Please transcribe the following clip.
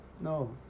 No